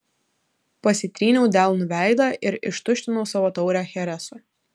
pasitryniau delnu veidą ir ištuštinau savo taurę chereso